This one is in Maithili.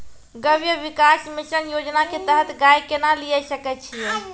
गव्य विकास मिसन योजना के तहत गाय केना लिये सकय छियै?